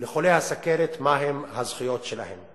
לחולי הסוכרת מהן הזכויות שלהם.